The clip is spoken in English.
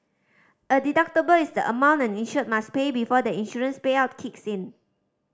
a deductible is the amount an insured must pay before the insurance payout kicks in